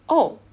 oh